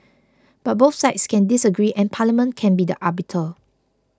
but both sides can disagree and Parliament can be the arbiter